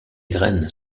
graines